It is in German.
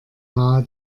nahe